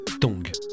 Tongue